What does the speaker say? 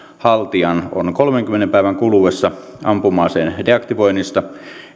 haltijan on kolmenkymmenen päivän kuluessa ampuma aseen deaktivoinnista